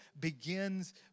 begins